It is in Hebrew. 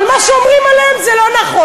אבל מה שאומרים עליהם זה לא נכון.